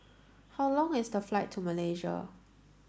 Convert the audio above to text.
how long is the flight to Malaysia